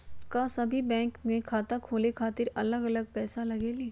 का सभी बैंक में खाता खोले खातीर अलग अलग पैसा लगेलि?